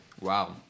Wow